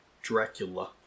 Dracula